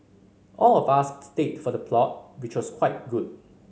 all of us stayed for the plot which was quite good